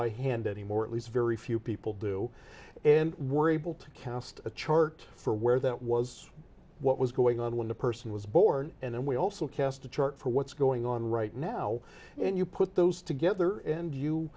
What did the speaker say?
by hand anymore at least very few people do and we're able to cast a chart for where that was what was going on when the person was born and we also cast a chart for what's going on right now and you put those to get there and you